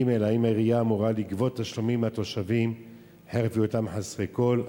3. האם העירייה אמורה לגבות תשלומים מהתושבים חרף היותם חסרי כול?